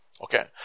Okay